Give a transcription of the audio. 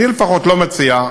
אני לפחות לא מציע,